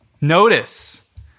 Notice